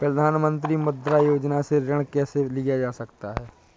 प्रधानमंत्री मुद्रा योजना से ऋण कैसे लिया जा सकता है?